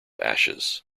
ashes